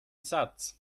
satz